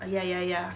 ah ya ya ya